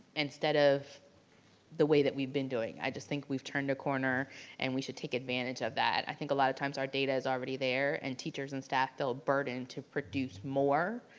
instead of the way that we've been doing. i just think that we've turned a corner and we should take advantage of that. i think a lot of times our data is already there and teachers and staff felt burden to produce more,